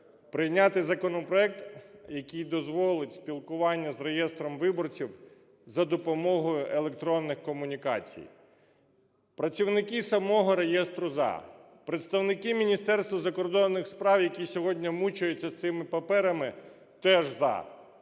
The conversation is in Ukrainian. прийняти законопроект, який дозволить спілкування з реєстром виборців за допомогою електронних комунікацій. Працівники самого реєстру "за", представники Міністерства закордонних справ, які сьогодні мучаються з цими паперами, теж "за".